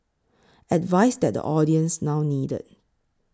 advice that the audience now needed